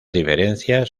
diferencias